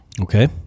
Okay